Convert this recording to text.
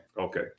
Okay